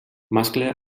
mascle